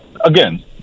Again